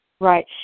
Right